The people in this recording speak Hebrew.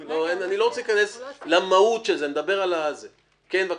אני מייצג את עיריית אילת.